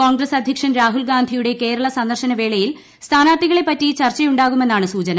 കോൺഗ്രസ് അദ്ധ്യക്ഷൻ രാഹുൽഗാന്ധിയുടെ കേരള സന്ദർശന വേളയിൽ സ്ഥാനാർത്ഥികളെപ്പറ്റി ചർച്ചയുണ്ടാകുമെന്നാണ് സൂചന